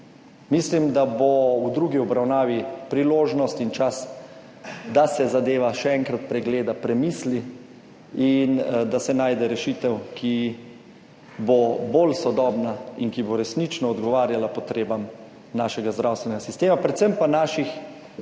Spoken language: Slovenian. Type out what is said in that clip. Mislim, da bo v drugi obravnavi priložnost in čas, da se zadeva še enkrat pregleda, premisli in da se najde rešitev, ki bo bolj sodobna in ki bo resnično odgovarjala potrebam našega zdravstvenega sistema, predvsem pa naših potencialnih